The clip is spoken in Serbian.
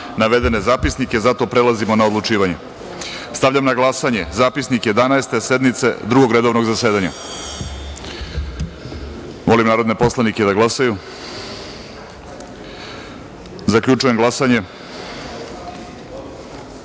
navedene zapisnike. Prelazimo na odlučivanje. Stavljam na glasanje Zapisnik Jedanaeste sednice Drugog redovnog zasedanja. Molim narodne poslanike da glasaju. Zaključujem glasanje: